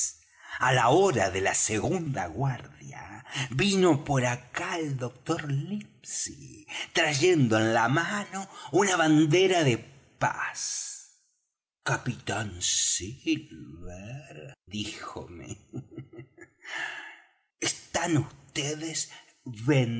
á la hora de la segunda guardia vino por acá el doctor livesey trayendo en la mano una bandera de paz capitán silver díjome están